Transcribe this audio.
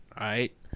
right